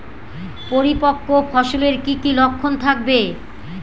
পরিপক্ক ফসলের কি কি লক্ষণ থাকবে?